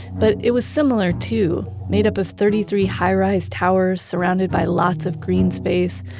but it was similar too, made up of thirty three high-rise towers surrounded by lots of green space.